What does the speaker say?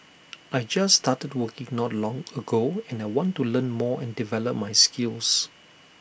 I just started working not long ago and I want to learn more and develop my skills